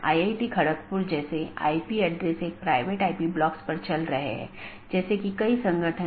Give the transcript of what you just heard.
BGP चयन एक महत्वपूर्ण चीज है BGP एक पाथ वेक्टर प्रोटोकॉल है जैसा हमने चर्चा की